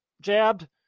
jabbed